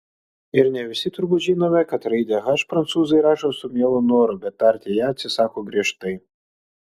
ir ne visi turbūt žinome kad raidę h prancūzai rašo su mielu noru bet tarti ją atsisako griežtai